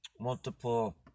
Multiple